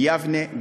ביבנה,